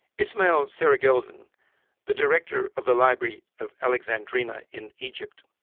ismail serageldin, the director of the library of alexandrina in egypt,